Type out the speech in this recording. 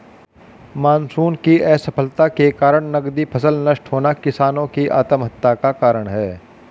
monsoon की असफलता के कारण नकदी फसल नष्ट होना किसानो की आत्महत्या का कारण है